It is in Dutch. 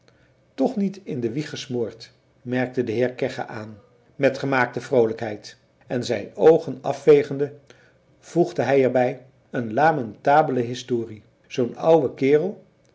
toch niet in de wieg gesmoord merkte de heer kegge aan met gemaakte vroolijkheid en zijn oogen afvegende voegde hij er bij een lamentabele historie zoo'n ouwe kerel